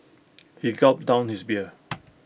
he gulped down his beer